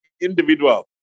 individual